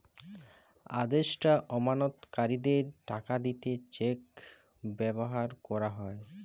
আদেষ্টা আমানতকারীদের টাকা দিতে চেক ব্যাভার কোরা হয়